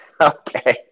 Okay